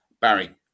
Barry